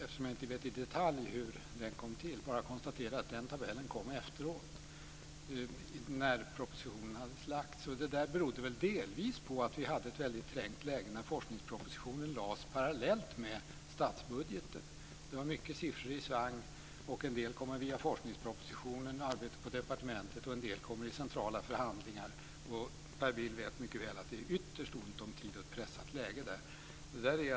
Jag vet inte i detalj hur tabellen kom till, utan jag konstaterar bara att den kom efter det att propositionen hade lagts fram. Delvis berodde det nog på att vi hade ett väldigt trängt läge när forskningspropositionen lades fram parallellt med statsbudgeten. Det var mycket siffror i svang. En del kom via forskningspropositionen och arbetet på departementet och en del kom via centrala förhandlingar. Per Bill vet mycket väl att det är ytterst ont om tid och ett pressat läge i sådana sammanhang.